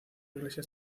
iglesia